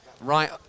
right